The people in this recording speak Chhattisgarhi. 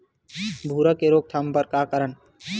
भूरा के रोकथाम बर का करन?